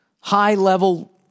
high-level